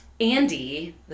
Andy